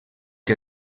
que